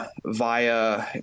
via